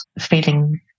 feeling